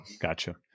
Gotcha